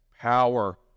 power